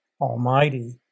Almighty